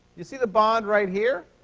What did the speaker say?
you see the bond right here?